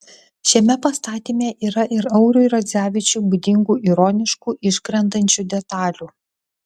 šiame pastatyme yra ir auriui radzevičiui būdingų ironiškų iškrentančių detalių